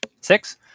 Six